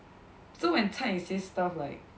so when Cha Ying say stuff like